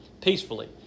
peacefully